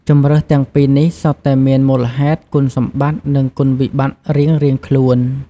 ជម្រើសទាំងពីរនេះសុទ្ធតែមានមូលហេតុ គុណសម្បត្តិ និងគុណវិបត្តិរៀងៗខ្លួន។